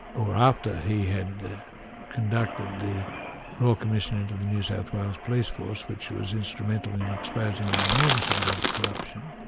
or after he had conducted the royal commission into the new south wales police force, which was instrumental in exposing an enormous amount of corruption,